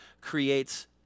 creates